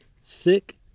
sick